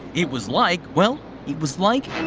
it was like. well, it was like